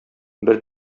бер